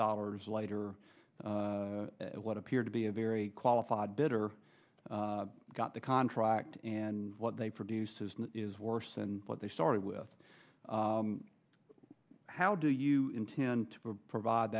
dollars later what appeared to be a very qualified bitter got the contract and what they produce is worse than what they started with how do you intend to provide